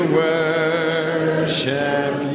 worship